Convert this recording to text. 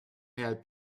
help